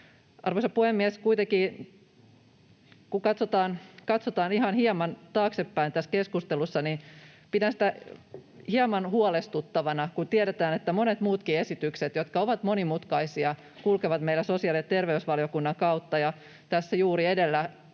Arvoisa puhemies! Katsotaan kuitenkin ihan hieman taaksepäin tätä keskustelua: Pidän hieman huolestuttavana sitä, että tiedetään, että monet muutkin esitykset, jotka ovat monimutkaisia, kulkevat meillä sosiaali- ja terveysvaliokunnan kautta. Tässä juuri edellä